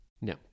No